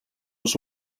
els